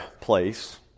place